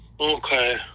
Okay